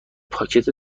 پاکت